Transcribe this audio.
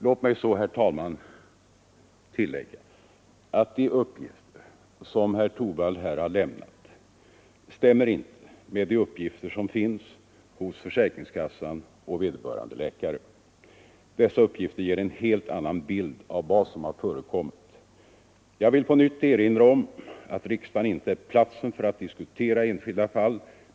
Låt mig så, herr talman, tillägga att de uppgifter som herr Torwald här har lämnat inte stämmer med de uppgifter som finns hos försäkringskassan och vederbörande läkare. Dessa uppgifter ger en helt annan bild av vad som har förekommit. Jag vill på nytt erinra om att riksdagen inte är platsen att diskutera enskilda fall.